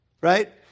right